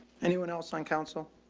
anyone else on council?